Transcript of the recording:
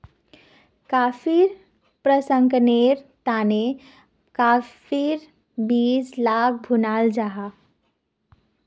कॉफ़ीर प्रशंकरनेर तने काफिर बीज लाक भुनाल जाहा